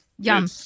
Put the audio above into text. yum